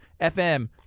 FM